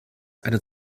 eine